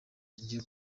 kigiye